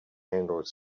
handle